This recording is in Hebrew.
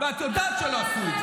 ואת יודעת שלא עשו את זה.